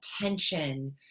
attention